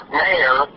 mayor